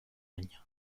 año